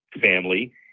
family